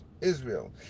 Israel